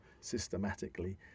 systematically